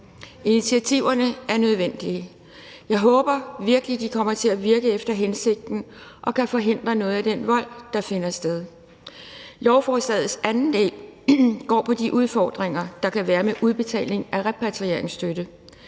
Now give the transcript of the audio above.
Initiativerne er nødvendige. Jeg håber virkelig, at de kommer til at virke efter hensigten og kan forhindre noget af den vold, der finder sted. Lovforslagets anden del går på de udfordringer, der kan være med udbetaling af repatrieringsstøtte.